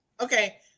Okay